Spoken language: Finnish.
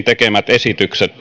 tekemät esitykset